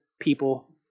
people